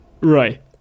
Right